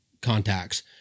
contacts